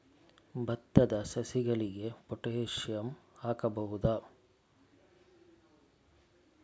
ಭತ್ತದ ಸಸಿಗಳಿಗೆ ಪೊಟ್ಯಾಸಿಯಂ ಹಾಕಬಹುದಾ?